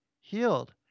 healed